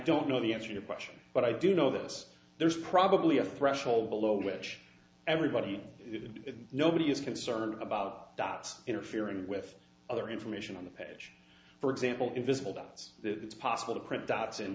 don't know the answer to a question but i do know this there's probably a threshold below which everybody in nobody is concerned about dots interfering with other information on the page for example invisible dots it's possible to print dots